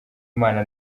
imana